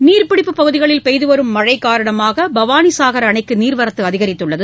நீர்பிடிப்புப் பகுதிகளில் பெய்து வரும் மழை காரணமாக பவானி சாகர் அணைக்கு நீர்வரத்து அதிகரித்துள்ளது